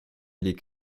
les